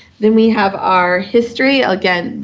then we have our history. again,